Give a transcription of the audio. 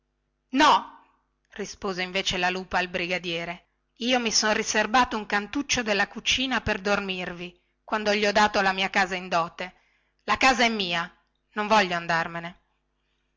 no rispose invece la lupa al brigadiere io mi son riserbato un cantuccio della cucina per dormirvi quando gli ho data la mia casa in dote la casa è mia non voglio andarmene